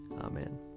Amen